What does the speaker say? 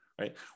right